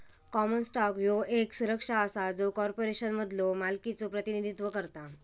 common stock ह्यो येक सुरक्षा असा जो कॉर्पोरेशनमधलो मालकीचो प्रतिनिधित्व करता